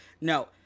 No